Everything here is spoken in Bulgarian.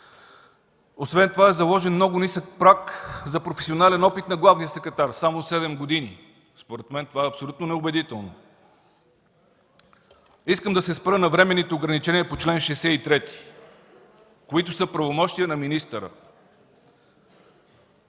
Освен това е заложен много нисък праг за професионален опит на главния секретар – само седем години. Според мен това е абсолютно неубедително. Искам да се спра на временните ограничения по чл. 63, които са правомощия на министъра: